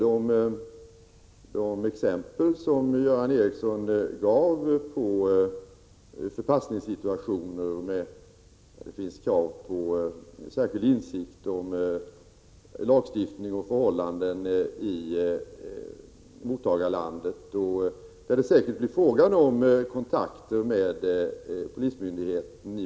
De exempel som Göran Ericsson gav gäller förpassningssituationer med ett visst krav på särskild insikt om lagstiftning och förhållanden i mottagarlandet, där det säkert blir fråga om kontakter med polismyndigheten.